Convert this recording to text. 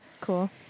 cool